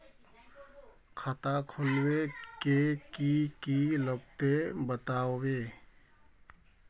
खाता खोलवे के की की लगते बतावे?